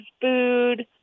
food